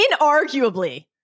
inarguably